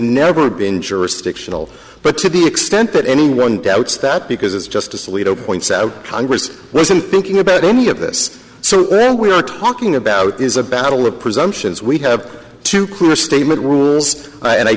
never been jurisdictional but to the extent that anyone doubts that because as justice alito points out congress wasn't thinking about any of this so there we are talking about is a battle of presumptions we have two clear statement rules and i